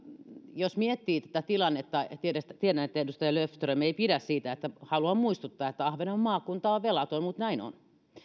jos miettii tätä tilannetta tiedän että edustaja löfström ei pidä siitä että haluan muistuttaa että ahvenanmaan maakunta on velaton mutta näin on